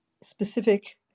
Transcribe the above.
specific